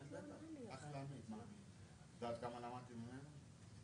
באים היום ומביאים לדיון פתוח,